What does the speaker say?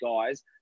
guys